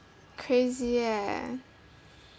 crazy leh